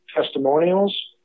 testimonials